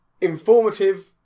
informative